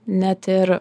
net ir